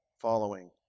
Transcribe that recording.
following